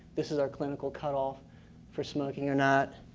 this is our clinical cutoff for smoking or not.